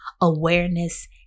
awareness